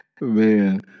Man